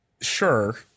sure